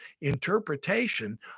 interpretation